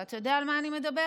ואתה יודע על מה אני מדברת?